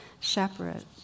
separate